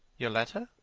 your letter?